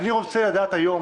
אני רוצה לדעת היום,